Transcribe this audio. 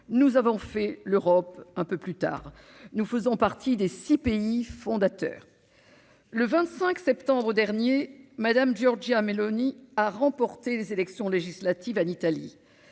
nous avons fait l'Europe un peu plus tard, nous faisons partie des 6 pays fondateurs, le 25 septembre dernier Madame Giorgia Meloni a remporté les élections législatives en Italie,